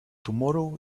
tomorrow